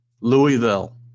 Louisville